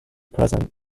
present